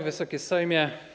Wysoki Sejmie!